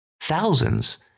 thousands